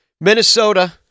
Minnesota